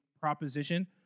proposition